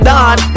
Don